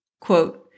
quote